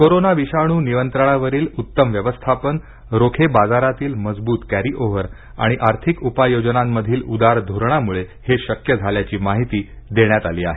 corona विषाणू नियंत्रणावरील उत्तम व्यवस्थापन रोखे बाजारातील मजबूत कॅरीओव्हर आणि आर्थिक उपाय योजनांमधील उदार धोरणामुळे हे शक्य झाल्याची माहिती देण्यात आली आहे